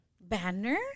Banner